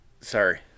Sorry